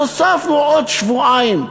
אז הוספנו עוד שבועיים,